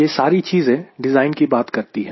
यह सारी चीजें डिज़ाइन की बात करती है